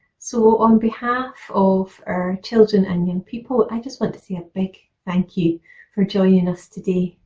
so on behalf of our children and young people i just want to say a big thank you for joining us today.